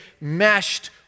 meshed